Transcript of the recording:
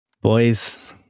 Boys